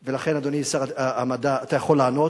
לכן, אדוני שר המדע, אתה יכול לענות.